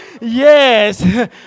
Yes